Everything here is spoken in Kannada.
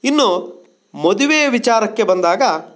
ಇನ್ನು ಮದುವೆಯ ವಿಚಾರಕ್ಕೆ ಬಂದಾಗ